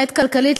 למעט כלכלית,